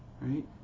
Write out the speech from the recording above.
right